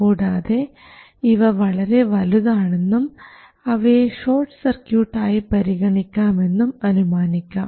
കൂടാതെ ഇവ വളരെ വലുതാണെന്നും അവയെ ഷോർട്ട് സർക്യൂട്ട് ആയി പരിഗണിക്കാമെന്നും അനുമാനിക്കാം